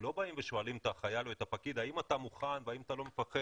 לא באים ושואלים את החייל או את הפקיד האם אתה מוכן והאם אתה לא מפחד.